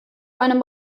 einem